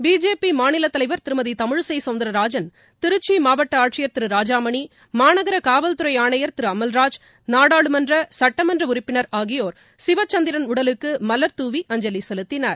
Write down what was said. BJP மாநிலத் தலைவர் திருமதி தமிழிசை சவுந்திரராஜன் திருச்சி மாவட்ட ஆட்சியர் திரு ராஜாமணி மாநகர காவல்துறை ஆணையர் திரு அமல்ராஜ் நாடாளுமன்ற சட்டமன்ற உறுப்பினர்கள் ஆகியோர் சிவச்சந்திரன் உடலுக்கு மலர் தூவி அஞ்சலி செலுத்தினர்